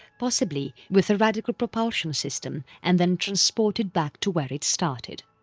possibly with a radical propulsion system and then transported back to where it started.